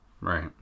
Right